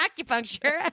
acupuncture